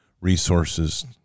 resources